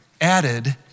added